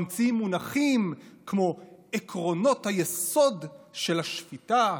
ממציאים מונחים כמו "עקרונות היסוד של השיטה",